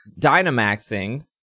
Dynamaxing